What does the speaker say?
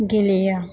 गेलेयो